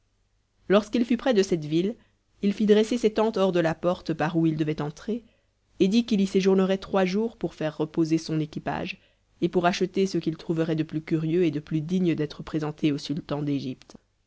lorsqu'il fut près de cette ville il fit dresser ses tentes hors de la porte par où il devait entrer et dit qu'il y séjournerait trois jours pour faire reposer son équipage et pour acheter ce qu'il trouverait de plus curieux et de plus digne d'être présenté au sultan d'égypte